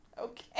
okay